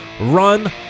Run